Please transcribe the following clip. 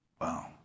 Wow